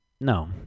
no